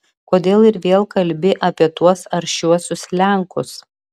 kodėl ir vėl kalbi apie tuos aršiuosius lenkus